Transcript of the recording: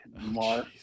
Mark